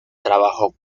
trabajó